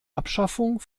abschaffung